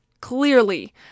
clearly